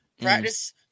Practice